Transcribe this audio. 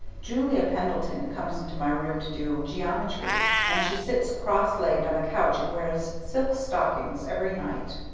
julia pendleton comes into my room to do geometry, and she sits cross-legged on the couch and wears silk stockings every night.